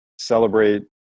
celebrate